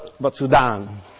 butsudan